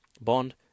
bond